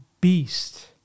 beast